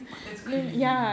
what that's crazy